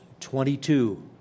22